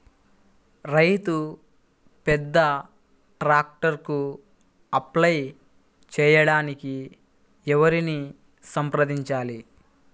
రైతు పెద్ద ట్రాక్టర్కు అప్లై చేయడానికి ఎవరిని సంప్రదించాలి?